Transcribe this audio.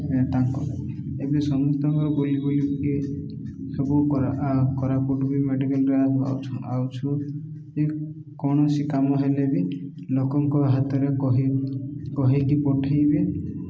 ତାଙ୍କ ଏବେ ସମସ୍ତଙ୍କର ବୁଲି ବୁଲିକି ସବୁ କରା କୋରାପୁଟ ବି ମେଡ଼ିକାଲରେ ଆଉଛୁ ଏ କୌଣସି କାମ ହେଲେ ବି ଲୋକଙ୍କ ହାତରେ କହି କହିକି ପଠେଇବେ